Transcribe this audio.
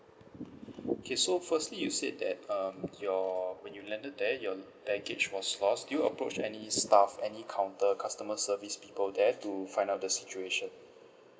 okay so firstly you said that um your when you landed there your baggage was lost did you approach any staff any counter customer service people there to find out the situation